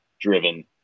driven